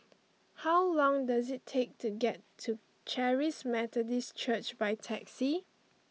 how long does it take to get to Charis Methodist Church by taxi